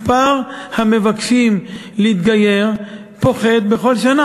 מספר המבקשים להתגייר פוחת כל שנה.